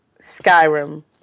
Skyrim